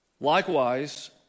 Likewise